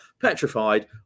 petrified